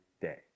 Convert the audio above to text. day